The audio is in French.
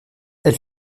elle